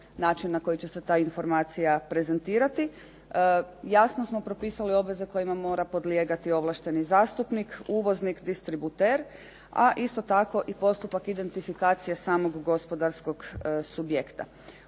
na koji će se ta informacija prezentirati. Jasno smo propisali obveze kojima mora podlijegati ovlašteni zastupnik, uvoznik, distributer ali isto tako i postupak identifikacije samog gospodarskog subjekta.